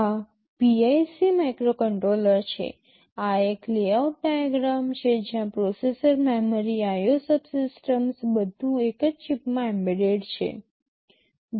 આ PIC microcontroller છે આ એક લેઆઉટ ડાયાગ્રામ છે જ્યાં પ્રોસેસર મેમરી IO સબસિસ્ટમ્સ બધું એક જ ચિપમાં એમ્બેડેડ છે